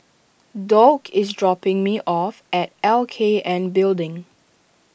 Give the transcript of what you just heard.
Doug is dropping me off at L K N Building